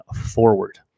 forward